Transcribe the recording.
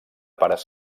pares